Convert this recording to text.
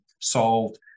solved